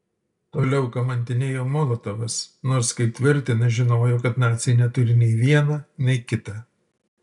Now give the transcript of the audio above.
toliau kamantinėjo molotovas nors kaip tvirtina žinojo kad naciai neturi nei viena nei kita